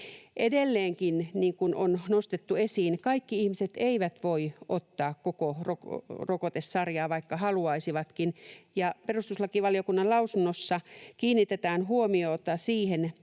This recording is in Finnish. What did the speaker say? Edelleenkään, niin kuin on nostettu esiin, kaikki ihmiset eivät voi ottaa koko rokotesarjaa, vaikka haluaisivatkin. Perustuslakivaliokunnan lausunnossa kiinnitetään huomiota siihen,